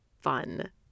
fun